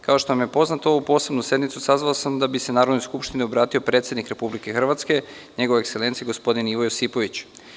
Kao što vam je poznato, ovu posebnu sednicu sazvao sam da bi se Narodnoj skupštini obratio predsednik Republike Hrvatske, Njegova ekselencija gospodin Ivo Josipović.